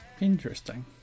Interesting